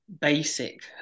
basic